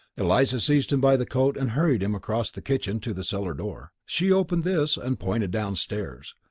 eliza seized him by the coat and hurried him across the kitchen to the cellar door. she opened this and pointed downstairs.